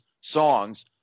songs